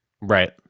Right